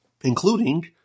including